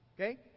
okay